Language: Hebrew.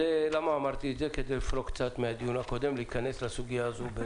אמרתי את זה כדי לפרוק קצת מהדיון הקודם ולהיכנס לסוגיה הזאת.